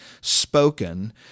spoken